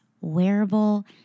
wearable